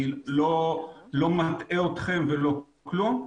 אני לא מטעה אתכם ולא כלום,